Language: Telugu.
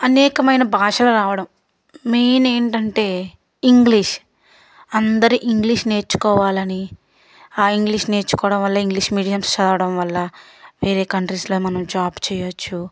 అనేకమైన భాషలు రావడం మెయిన్ ఏంటంటే ఇంగ్లీష్ అందరి ఇంగ్లీష్ నేర్చుకోవాలని ఆ ఇంగ్లీష్ నేర్చుకోవడం వల్ల ఇంగ్లీష్ మీడియమ్స్ చదవడం వల్ల వేరే కంట్రీస్లో మనం జాబ్ చెయ్యచ్చు